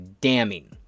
damning